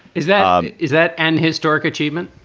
is that um is that an historic achievement?